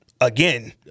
again